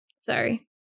Sorry